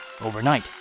Overnight